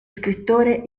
scrittore